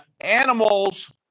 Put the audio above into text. animals